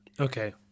okay